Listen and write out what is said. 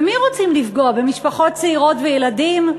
במי רוצים לפגוע, במשפחות צעירות ובילדים?